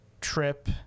trip